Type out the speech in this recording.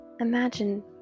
imagine